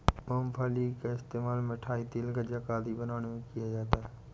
मूंगफली का इस्तेमाल मिठाई, तेल, गज्जक आदि बनाने में किया जाता है